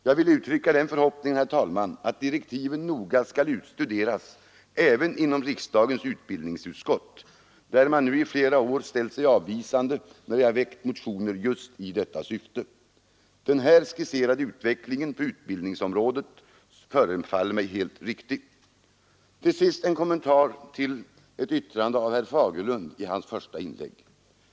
Jag vill uttrycka den förhoppningen, herr talman, att direktiven noga skall studeras även inom riksdagens utbildningsutskott, där man nu i flera år ställt sig avvisande när jag väckt motioner just i detta syfte. Den här skisserade utvecklingen på utbildningsområdet förefaller mig helt riktig. Till sist en kommentar till ett yttrande av herr Fagerlund i hans första inlägg.